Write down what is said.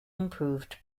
improved